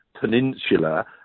peninsula